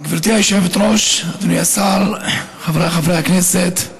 גברתי היושבת-ראש, אדוני השר, חבריי חברי הכנסת,